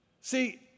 See